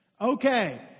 Okay